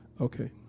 Okay